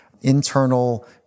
internal